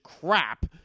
crap